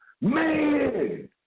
Man